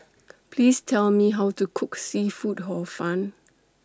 Please Tell Me How to Cook Seafood Hor Fun